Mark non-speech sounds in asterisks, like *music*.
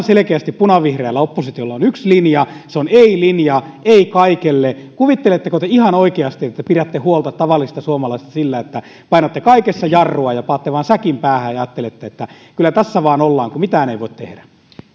*unintelligible* selkeästi punavihreällä oppositiolla on yksi linja se on ei linja ei kaikelle kuvitteletteko te ihan oikeasti että te pidätte huolta tavallisista suomalaisista sillä että painatte kaikessa jarrua ja panette vain säkin päähän ja ajattelette että kyllä tässä vaan ollaan kun mitään ei voi tehdä